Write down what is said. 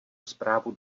zprávu